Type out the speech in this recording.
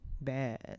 bad